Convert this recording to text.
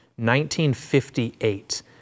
1958